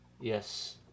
Yes